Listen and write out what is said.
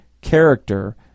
character